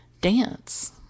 dance